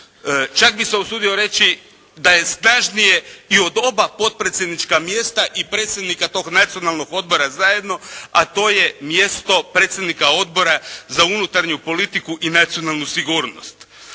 čak bi se usudio reći da je snažnije i od oba potpredsjednička mjesta i predsjednika tog Nacionalnog odbora zajedno, a to je mjesto predsjednika Odbora za unutarnju politiku i nacionalnu sigurnost.